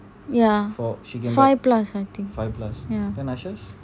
ya five plus I think ya